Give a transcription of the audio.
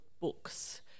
books